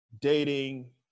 dating